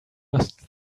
must